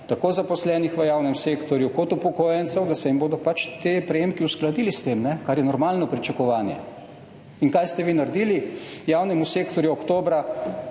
tako zaposlenih v javnem sektorju kot upokojencev, da se jim bodo ti prejemki uskladili s tem. Kar je normalno pričakovanje. In kaj ste vi naredili? Javnemu sektorju ste oktobra